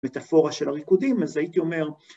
‫את המטאפורה של הריקודים, ‫אז הייתי אומר...